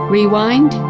Rewind